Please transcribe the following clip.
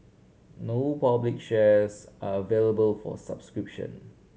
no public shares are available for subscription